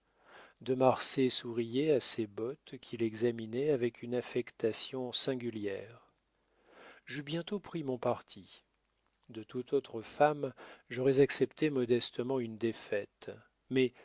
de marsay souriait à ses bottes qu'il examinait avec une affectation singulière j'eus bientôt pris mon parti de toute autre femme j'aurais accepté modestement une défaite mais